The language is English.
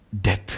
death